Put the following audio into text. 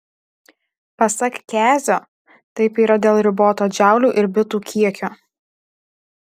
pasak kezio taip yra dėl riboto džaulių ar bitų kiekio